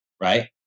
right